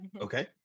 Okay